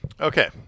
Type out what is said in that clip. Okay